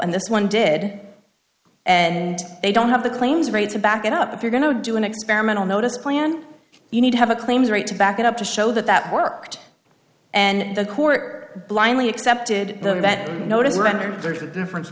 and this one did and they don't have the claims rate to back it up if you're going to do an experimental notice plan you need to have a claims rate to back it up to show that that worked and the court blindly accepted the event notice rendered there's a difference